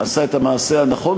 עשה את המעשה הנכון,